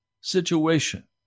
situation